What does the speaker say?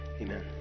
amen